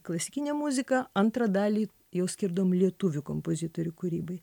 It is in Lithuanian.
klasikinė muzika antrą dalį jau skirdavom lietuvių kompozitorių kūrybai